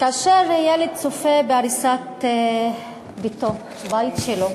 כאשר ילד צופה בהריסת ביתו, הבית שלו,